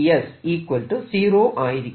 ds 0 ആയിരിക്കും